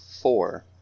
four